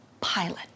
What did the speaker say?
pilot